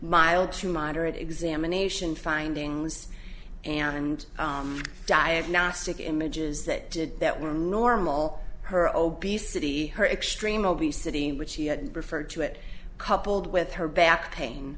mild to moderate examination findings and diagnostic images that that were normal her obesity her extreme obesity in which she had referred to it coupled with her back pain